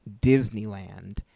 Disneyland